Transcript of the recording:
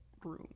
Room